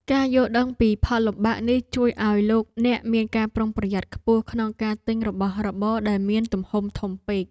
ការយល់ដឹងពីផលលំបាកនេះជួយឱ្យលោកអ្នកមានការប្រុងប្រយ័ត្នខ្ពស់ក្នុងការទិញរបស់របរដែលមានទំហំធំពេក។